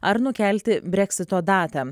ar nukelti breksito datą